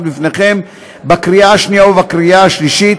בפניכם בקריאה שנייה ובקריאה שלישית.